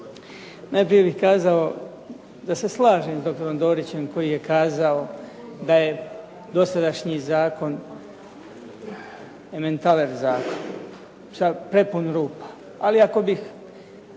Najprije bih kazao da se slažem s doktorom Dorićem koji je kazao da je dosadašnji zakon ementaler zakon, prepun rupa. Ali ako bih